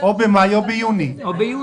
או במאי או ביוני.